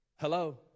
Hello